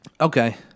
Okay